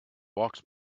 walks